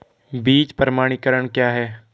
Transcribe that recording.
बीज प्रमाणीकरण क्या है?